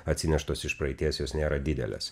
atsineštos iš praeities jos nėra didelės